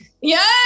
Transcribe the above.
Yes